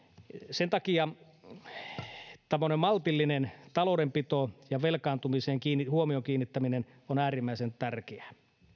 sen takia tämmöinen maltillinen taloudenpito ja velkaantumiseen huomion kiinnittäminen on äärimmäisen tärkeää